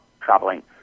traveling